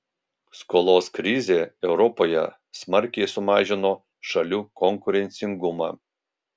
skolos krizė europoje smarkiai sumažino šalių konkurencingumą